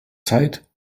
zeit